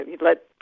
let